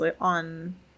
on